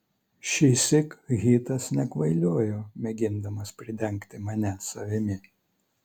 šįsyk hitas nekvailiojo mėgindamas pridengti mane savimi